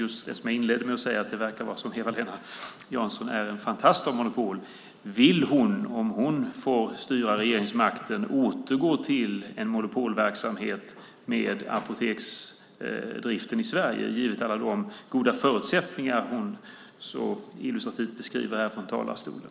Jag inledde med att säga att det verkar som att Eva-Lena Jansson är en fantast av monopol. Vill hon om hon får styra återgå till en monopolverksamhet i apoteksdriften i Sverige, givet alla de goda förutsättningar som hon så illustrativt beskriver i talarstolen?